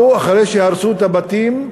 אחרי שהרסו את הבתים,